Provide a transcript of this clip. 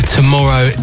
tomorrow